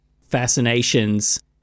fascinations